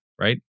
Right